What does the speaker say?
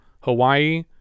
Hawaii